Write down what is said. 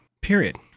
period